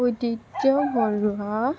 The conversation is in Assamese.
উদিপ্ত বৰুৱা